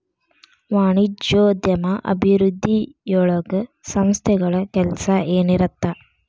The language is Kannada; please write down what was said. ವಾಣಿಜ್ಯೋದ್ಯಮ ಅಭಿವೃದ್ಧಿಯೊಳಗ ಸಂಸ್ಥೆಗಳ ಕೆಲ್ಸ ಏನಿರತ್ತ